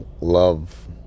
love